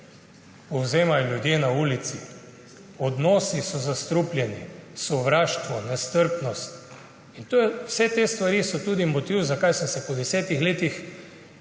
povzemajo ljudje na ulici. Odnosi so zastrupljeni. Sovraštvo, nestrpnost. Vse te stvari so tudi motiv, zakaj sem se po 10 letih